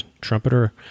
trumpeter